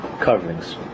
coverings